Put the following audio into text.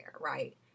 right